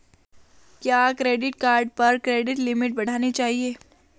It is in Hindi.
क्या क्रेडिट कार्ड पर क्रेडिट लिमिट बढ़ानी चाहिए?